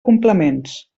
complements